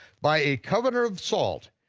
by a covenant of salt,